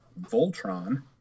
Voltron